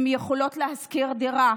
הן יכולות לשכור דירה,